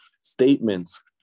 Statements